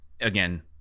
again